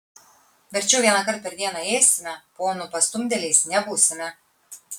verčiau vienąkart per dieną ėsime ponų pastumdėliais nebūsime